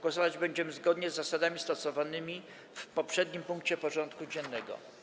Głosować będziemy zgodnie z zasadami stosowanymi w poprzednim punkcie porządku dziennego.